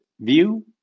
view